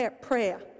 prayer